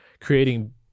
creating